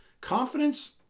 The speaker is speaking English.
Confidence